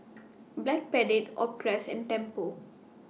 Backpedic Optrex and Tempur